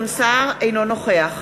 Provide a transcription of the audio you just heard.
אינו נוכח